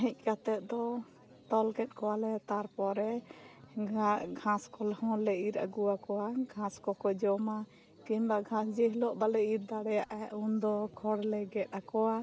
ᱦᱮᱡ ᱠᱟᱛᱮ ᱫᱚ ᱛᱚᱞ ᱠᱮᱜ ᱠᱚᱭᱟᱞᱮ ᱛᱟᱨ ᱯᱚᱨᱮ ᱜᱷᱟ ᱜᱦᱟᱸᱥ ᱠᱷᱚᱞ ᱦᱚᱞᱮ ᱤᱨ ᱟ ᱜᱩᱣᱟ ᱠᱚᱣᱟ ᱜᱷᱟᱸᱥ ᱠᱚᱠᱚ ᱡᱚᱢᱟ ᱠᱤᱱᱜᱵᱟ ᱜᱷᱟᱸᱥ ᱡᱮ ᱦᱤᱞᱳ ᱵᱟᱞᱮ ᱤᱨ ᱫᱟᱲᱮᱭᱟ ᱩᱱ ᱫᱚ ᱠᱷᱚᱲᱞᱮ ᱜᱮᱫ ᱟᱠᱚᱣᱟ